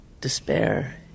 despair